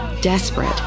desperate